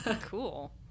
Cool